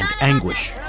anguish